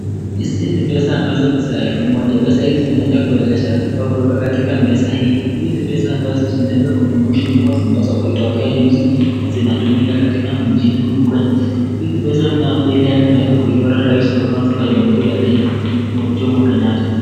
Hizi ni pesa ambazo ni za elfu moja, pesa hizi zimeeza kuegeshwa au kuwekwa kwenye mezaa hii, hizi ni pesa ambazo zinaweza kujumuishwa kuwa zimetokea juzi, na zinatumika katika mjini kwani hizi pesa nayo mbele imeweza kuchorwa rais wa kwanza wa jamhuri ya Kenya, Jomo Kenyatta.